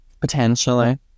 Potentially